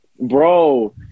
bro